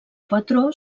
patró